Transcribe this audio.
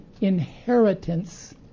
inheritance